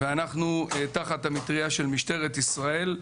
ואנחנו תחת המטריה של משטרת ישראל.